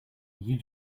you